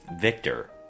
Victor